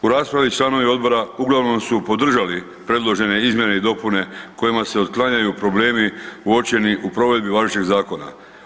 U raspravi, članovi odbora uglavnom su podržali predložene izmjene i dopune kojima se otklanjanju problemi uočeni u provedbi važećeg zakona.